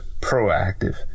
proactive